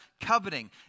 coveting